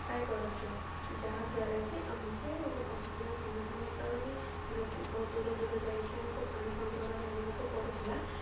ପାଇପାରୁଛୁ ଯାହାଦ୍ୱାରା କି ଆମକୁ ଅସୁବିଧାର ସମ୍ମୁଖୀନ ହେଇପାରୁନି ବହୁତ ଦୂର ଦୂର ଯାଇକି ଆମକୁ ପାଣି ସଂଗ୍ରହ କରି ଆଣିବାକୁ ପଡ଼ୁଥିଲା